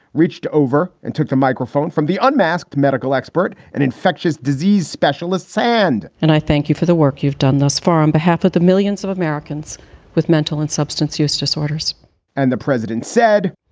reached over and took the microphone from the unmasked medical expert, an infectious disease specialist. sand and i thank you for the work you've done thus far on behalf of the millions of americans with mental and substance use disorders and the president said,